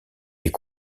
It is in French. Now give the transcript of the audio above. est